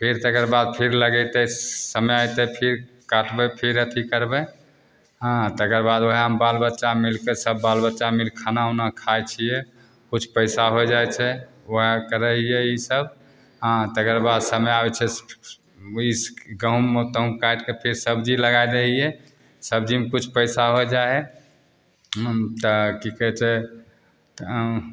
फेर तकर बाद फेर लगेतै समय अएतै फिर काटबै फिर अथी करबै हँ तकर बाद वएहमे बाल बच्चा मिलिके सब बाल बच्चा मिलिके खाना ओना खाइ छिए किछु पइसा हो जाइ छै वएह करै हिए ईसब हँ तकर बाद समय आबै छै ई गहूम तहूम काटिके फेर सबजी लगै दै हिए सबजीमे किछु पइसा हो जाइ हइ हुँ तऽ कि कहै छै